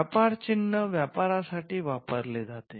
व्यापर चिन्ह व्यापारासाठी वापरले जाते